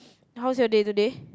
how's your day today